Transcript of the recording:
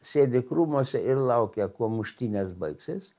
sėdi krūmuose ir laukia kuo muštynės baigsis